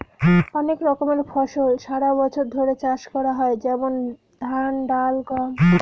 অনেক রকমের ফসল সারা বছর ধরে চাষ করা হয় যেমন ধান, ডাল, গম